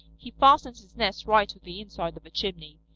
he fastens his nest right to the inside of a chimney.